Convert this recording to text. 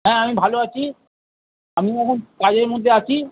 হ্যাঁ আমি ভালো আছি আমি এখন কাজের মধ্যে আছি